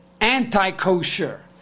anti-kosher